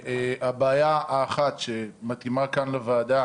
הבעיה האחת שמתאימה כאן לוועדה,